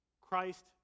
christ